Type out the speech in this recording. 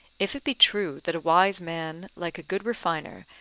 if it be true that a wise man, like a good refiner,